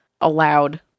allowed